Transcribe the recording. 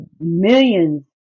millions